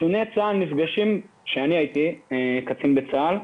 כשהייתי קצין בצה"ל,